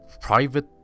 private